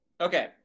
Okay